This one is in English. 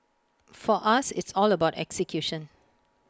for us it's all about execution